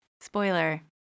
spoiler